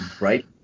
right